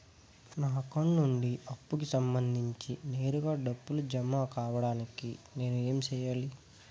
నా అకౌంట్ నుండి అప్పుకి సంబంధించి నేరుగా డబ్బులు జామ కావడానికి నేను ఏమి సెయ్యాలి?